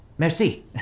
Merci